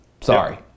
Sorry